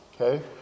Okay